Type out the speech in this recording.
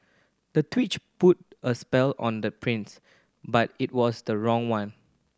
the put a spell on the prince but it was the wrong one